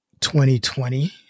2020